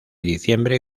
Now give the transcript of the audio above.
diciembre